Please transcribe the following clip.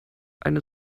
eine